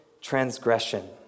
transgression